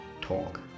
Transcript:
Talk